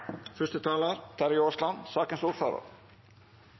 Første taler er Geir Pollestad, for sakens ordfører,